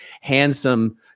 handsome